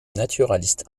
naturaliste